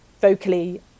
vocally